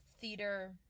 theater